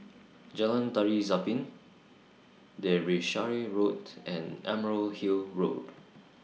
Jalan Tari Zapin Derbyshire Road and Emerald Hill Road